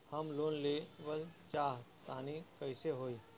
हम लोन लेवल चाह तानि कइसे होई?